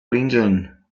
lincoln